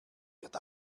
wird